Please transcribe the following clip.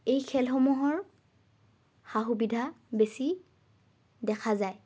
এই খেলসমূহৰ সা সুবিধা বেছি দেখা যায়